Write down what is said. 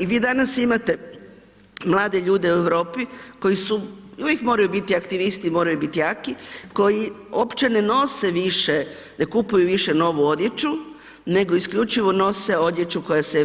I vi danas imate mlade ljude u Europi koji su i uvijek moraju biti aktivisti, moraju biti jaki, koji opće ne nose više, ne kupuju više novu odjeću, nego isključivo nose odjeću koja se